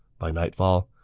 by nightfall,